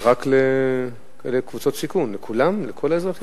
רק לקבוצות סיכון או לכולם, לכל האזרחים?